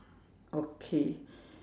okay